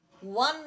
One